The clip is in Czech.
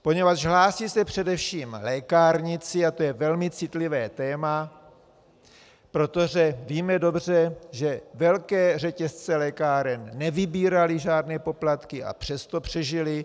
Poněvadž se hlásí především lékárníci a to je velmi citlivé téma, protože víme dobře, že velké řetězce lékáren nevybíraly žádné poplatky, a přesto přežily.